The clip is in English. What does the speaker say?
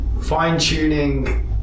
fine-tuning